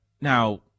Now